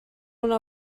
una